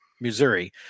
Missouri